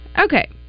Okay